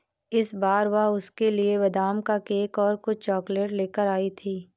इस बार वह उसके लिए बादाम का केक और कुछ चॉकलेट लेकर आई थी